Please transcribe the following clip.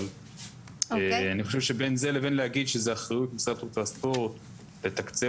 אבל אני חושב שבין זה לבין להגיד שזה באחריות משרד התרבות והספורט לתקצב